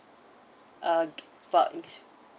uh for english